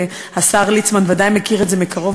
השר ליצמן בוודאי מכיר את זה מקרוב.